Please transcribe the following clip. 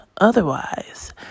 otherwise